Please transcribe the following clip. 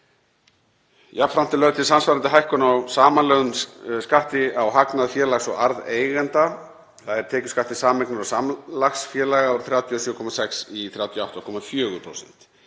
Jafnframt er lögð til samsvarandi hækkun á samanlögðum skatti á hagnað félags og arð eiganda, þ.e. tekjuskatti sameignar- og samlagsfélaga, úr 37,6% í 38,4%.